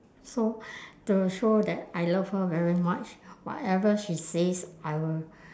so to show that I love her very much whatever she says I will